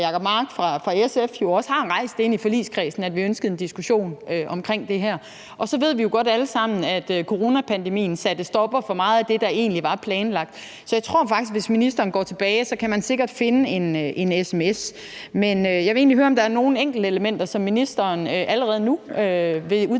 hr. Jacob Mark fra SF har vi jo rejst i forligskredsen, at vi ønsker en diskussion om det her. Og så ved vi jo godt alle sammen, at coronapandemien satte en stopper for meget af det, der egentlig var planlagt. Så jeg tror faktisk, at hvis ministeren går tilbage, kan man sikkert finde en sms. Men jeg vil egentlig høre, om der er nogen enkeltelementer, som ministeren allerede nu vil udtale